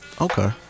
Okay